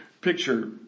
picture